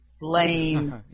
blame